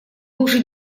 уже